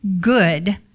good